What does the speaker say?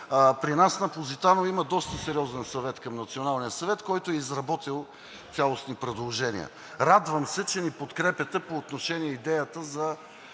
при нас на „Позитано“ има доста сериозен Съвет към Националния съвет, който е изработил цялостни предложения. Радвам се, че ни подкрепяте по отношение идеята за